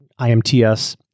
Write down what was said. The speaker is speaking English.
IMTS